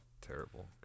terrible